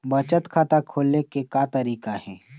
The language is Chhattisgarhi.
बचत खाता खोले के का तरीका हे?